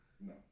No